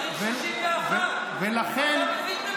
צריך 61. אתה מבין במספרים.